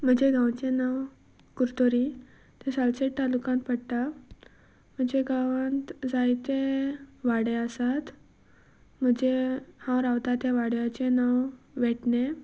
म्हजें गांवचें नांव कुरतोरी तें सालसेट तालुकांत पडटा म्हज्या गांवांत जायते वाडे आसात म्हजें हांव रावतां त्या वाड्याचें नांव वेटणें